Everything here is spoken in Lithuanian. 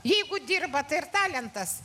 jeigu dirba tai ir talentas